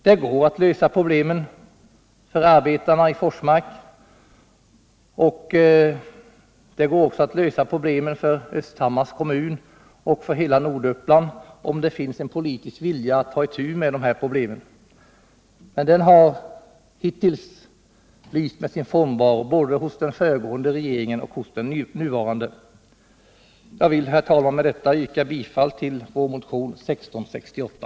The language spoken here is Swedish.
Det går att lösa problemen för arbetarna i Forsmark, och det går också att lösa problemen för Östhammars kommun liksom för hela Norduppland om det finns en politisk vilja att ta itu med dem. Men den viljan har hittills lyst med sin frånvaro både hos den föregående och hos den nuvarande regeringen. Jag vill, herr talman, med detta yrka bifall till vår motion 1668.